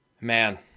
man